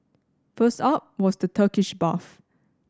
first up was the Turkish bath